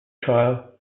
trial